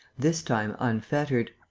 this time unfettered.